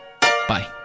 Bye